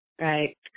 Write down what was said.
Right